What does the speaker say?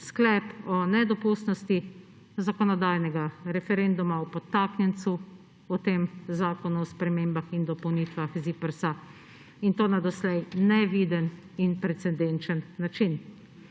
sklep o nedopustnosti zakonodajnega referenduma o podtaknjencu, o tem zakonu o spremembah in dopolnitvah ZIPRS, in to na doslej neviden in precedenčen način.